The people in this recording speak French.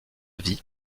vie